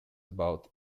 about